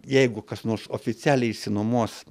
jeigu kas nors oficialiai išsinuomos